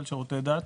הדתות.